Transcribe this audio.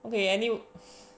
okay anyway